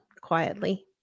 quietly